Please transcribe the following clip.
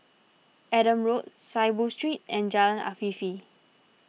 Adam Road Saiboo Street and Jalan Afifi